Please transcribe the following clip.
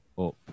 up